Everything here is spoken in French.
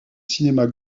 cinémas